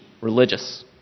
religious